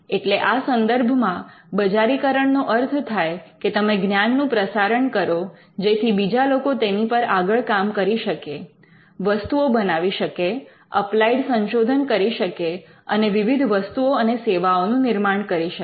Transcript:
એટલે આ સંદર્ભમાં બજારીકરણનો અર્થ થાય કે તમે જ્ઞાનનું પ્રસારણ કરો જેથી બીજા લોકો તેની પર આગળ કામ કરી શકે વસ્તુઓ બનાવી શકે અપ્લાઈડ સંશોધન કરી શકે અને વિવિધ વસ્તુઓ અને સેવાઓનું નિર્માણ કરી શકે